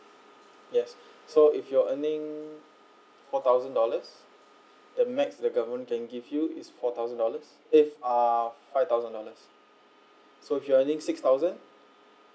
yes so if your earning four thousand dollars the max the government can give you is four thousand dollars if are five thousand dollars so if your earning six thousand